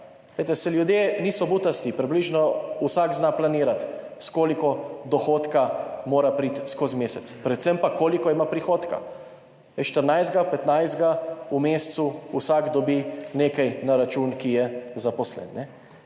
ljudje niso butasti, približno vsak zna planirati, s koliko dohodka mora priti skozi mesec, predvsem pa koliko ima prihodka. 14., 15. v mesecu dobi vsak, ki je zaposlen,